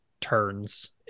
turns